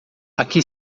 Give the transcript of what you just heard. aqui